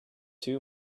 too